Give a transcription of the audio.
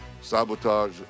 sabotage